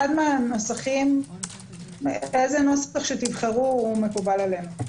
אחד הנוסחים איזה נוסח שתבחרו מקובל עלינו.